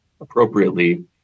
appropriately